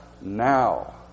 now